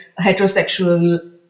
heterosexual